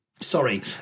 Sorry